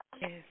Yes